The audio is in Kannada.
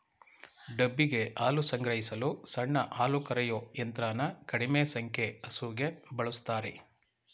ಡಬ್ಬಿಗೆ ಹಾಲು ಸಂಗ್ರಹಿಸಲು ಸಣ್ಣ ಹಾಲುಕರೆಯೋ ಯಂತ್ರನ ಕಡಿಮೆ ಸಂಖ್ಯೆ ಹಸುಗೆ ಬಳುಸ್ತಾರೆ